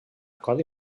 codi